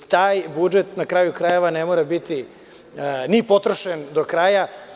Taj budžet, na kraju krajeva, ne mora biti ni potrošen do kraja.